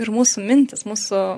ir mūsų mintys mūsų